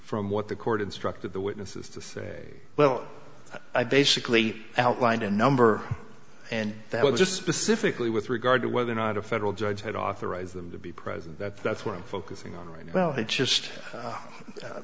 from what the court instructed the witnesses to say well i basically outlined a number and that was just specifically with regard to whether or not a federal judge had authorized them to be present that's what i'm focusing on right now i just